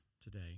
today